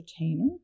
entertainer